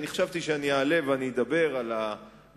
אני חשבתי שאני אעלה ואדבר על המשרד,